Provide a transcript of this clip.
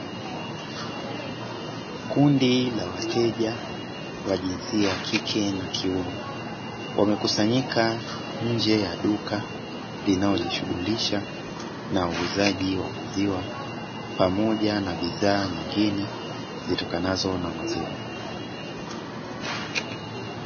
Kundi la wateja wa jinsia ya kike na kiume wamekusanyika nje ya duka linalojishughulisha na uuzaji wa maziwa pamoja na bidhaa nyingine zitokanazo na maziwa.